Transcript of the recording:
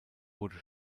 wurde